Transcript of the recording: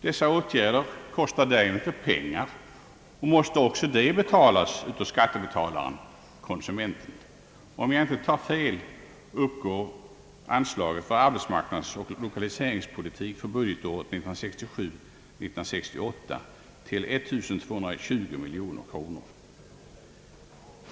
Dylika åtgärder kostar därjämte pengar och måste också de betalas av skattebetalaren-konsumenten. Om jag inte tar fel, uppgår anslaget för arbetsmarknadsoch lokaliseringspolitik för budgetåret 1967/ 68 till 1220 miljoner kronor.